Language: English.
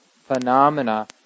phenomena